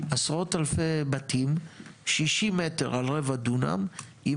עשרות אלפי בתים 60 מטר על רבע דונם עם